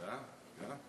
תודה.